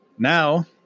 Now